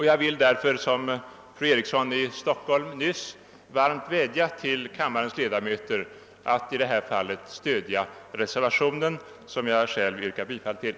Jag vill därför, i likhet med vad fru Eriksson i Stockholm nyss gjorde, varmt vädja till kamma rens ledamöter att i det här fallet stödja reservationen, som jag själv yrkar bifall till.